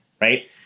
right